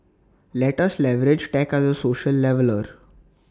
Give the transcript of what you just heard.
let us leverage tech as A social leveller